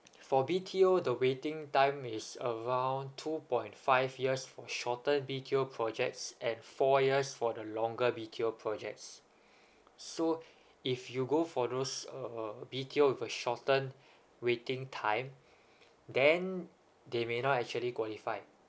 for B_T_O the waiting time is around two point five years for shorten B_T_O projects and four years for the longer B_T_O projects so if you go for those uh B_T_O with a shorten waiting time then they may not actually qualify